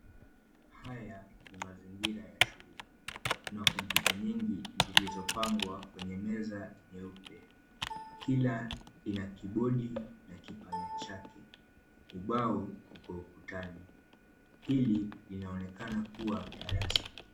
Haya ni mazingira ya shule. Kuna kompyuta nyingi zilizopangwa kwenye meza nyeupe. Kila ina kimbodi na kipanya chake. Ubao uko ukutani. Hili linaonekana kuwa darasa.